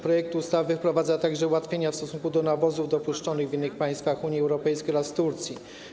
Projekt ustawy wprowadza także ułatwienia w stosunku do nawozów dopuszczonych w innych państwach Unii Europejskiej oraz Turcji.